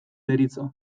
deritzo